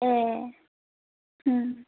ए उम